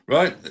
Right